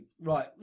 right